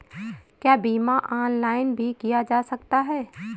क्या बीमा ऑनलाइन भी किया जा सकता है?